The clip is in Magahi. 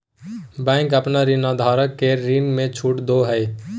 बैंक अपन ऋणधारक के ऋण में छुट दो हइ